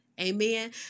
Amen